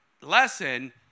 lesson